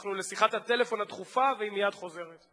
לשיחת הטלפון הדחופה, והיא מייד חוזרת.